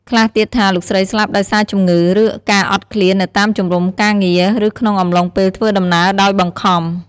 ខ្លះទៀតថា លោកស្រីស្លាប់ដោយសារជំងឺ ឬការអត់ឃ្លាននៅតាមជំរុំការងារ ឬក្នុងអំឡុងពេលធ្វើដំណើរដោយបង្ខំ។